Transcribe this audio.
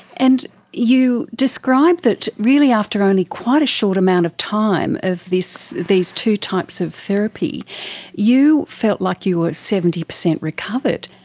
and you describe that really after only quite a short amount of time of these these two types of therapy you felt like you were seventy percent recovered.